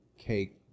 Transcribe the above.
cake